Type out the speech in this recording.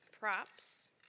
props